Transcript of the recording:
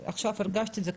עכשיו הרגשתי את זה,